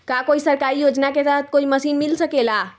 का कोई सरकारी योजना के तहत कोई मशीन मिल सकेला?